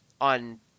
on